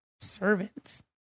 servants